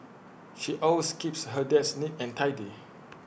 she always keeps her desk neat and tidy